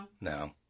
No